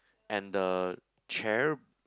and the chair